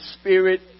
spirit